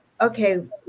Okay